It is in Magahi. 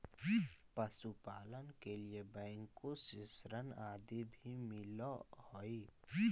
पशुपालन के लिए बैंकों से ऋण आदि भी मिलअ हई